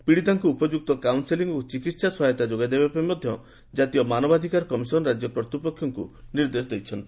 ପିଡ଼ିତାଙ୍କୁ ଉପଯୁକ୍ତ କାଉନ୍ସେଲିଂ ଓ ଚିକିତ୍ସା ସହାୟତା ଯୋଗାଇଦେବା ପାଇଁ ମଧ୍ୟ ଜାତୀୟ ମାନବାଧିକାର କମିଶନ୍ ରାଜ୍ୟ କର୍ତ୍ତୃପକ୍ଷଙ୍କୁ ନିର୍ଦ୍ଦେଶ ଦିଆଯାଇଛି